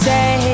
Say